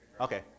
Okay